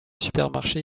supermarché